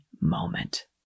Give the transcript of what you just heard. moment